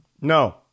No